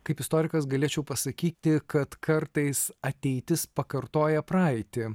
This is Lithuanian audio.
kaip istorikas galėčiau pasakyti kad kartais ateitis pakartoja praeitį